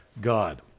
God